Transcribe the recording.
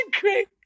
great